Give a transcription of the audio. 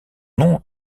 nom